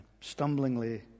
stumblingly